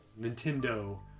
Nintendo